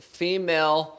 female